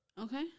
Okay